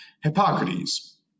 Hippocrates